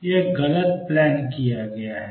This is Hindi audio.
यह गलत प्लान किया गया है